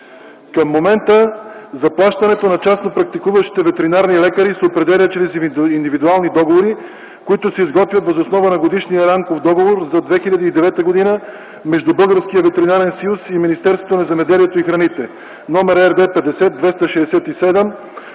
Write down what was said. Към момента заплащането на частно практикуващите ветеринарни лекари се определя чрез индивидуални договори, които се изготвят въз основа на Годишния рамков договор за 2009 г. между Българския ветеринарен съюз и Министерството на земеделието и храните, № РД 50-267